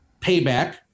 Payback